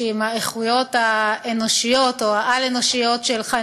שעם האיכויות האנושיות או העל-אנושיות שלך,